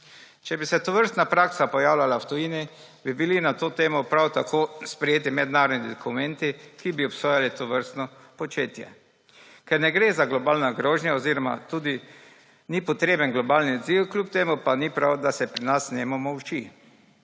Če bi se tovrstna praksa pojavljala v tujini, bi bili na to temo prav tako sprejeti mednarodni dokumenti, ki bi obsojali tovrstno početje. Ker ne gre za globalno grožnjo oziroma tudi ni potreben globalni odziv, kljub temu ni prav, da se nemo molči.